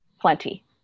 plenty